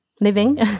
living